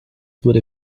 wurde